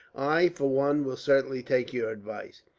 i, for one, will certainly take your advice.